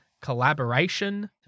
collaboration